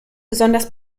besonders